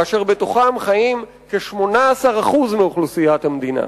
כאשר בתוכם חיים כ-18% מאוכלוסיית המדינה,